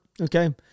okay